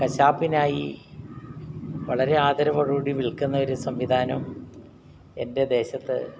കശാപ്പിനായി വളരെ ആദരവോടുകൂടി വിൽക്കുന്ന ഒരു സംവിധാനം എൻ്റെ ദേശത്ത്